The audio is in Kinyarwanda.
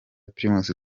primus